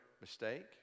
mistake